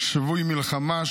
"שבוי מלחמה",